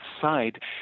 side